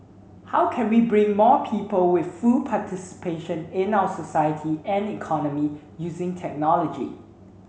how can we bring more people with full participation in our society and economy using technology